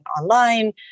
online